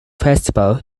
festival